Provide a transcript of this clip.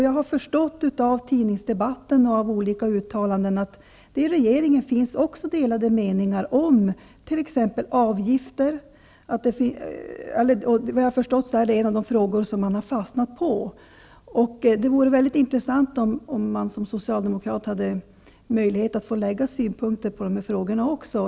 Jag har förstått av debatten i tidningarna och av olika uttalanden att det i regeringen finns delade meningar om t.ex. avgifter. Vad jag har förstått är det en av de frågor man har fastnat på. Det vore intressant om man som socialdemokrat hade möjlighet att få lägga fram synpunkter på dessa frågor.